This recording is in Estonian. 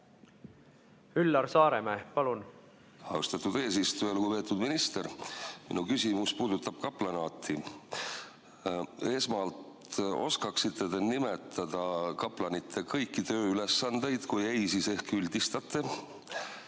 Üllar Saaremäe, palun! Austatud eesistuja! Lugupeetud minister! Minu küsimus puudutab kaplanaati. Esmalt, kas te oskate nimetada kaplanite kõiki tööülesandeid? Kui ei, siis ehk üldistate?